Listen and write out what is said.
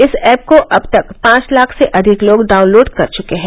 इस ऐप को अब तक पांच लाख से अधिक लोग डाउनलोड कर चुके हैं